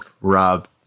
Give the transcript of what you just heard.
Rob